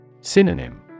Synonym